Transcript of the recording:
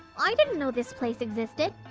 i didn't know this place existed.